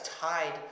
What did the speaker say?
tied